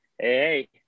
hey